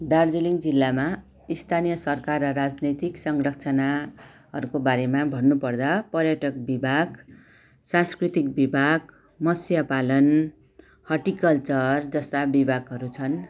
दार्जिलिङ जिल्लामा स्थानीय सरकार र राजनैतिक संरचनाहरूको बारेमा भन्नु पर्दा पर्यटक विभाग सांस्कृतिक विभाग मत्सय पालन हर्टिकल्चर जस्ता विभागहरू छन्